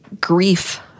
Grief